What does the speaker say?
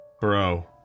bro